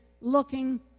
looking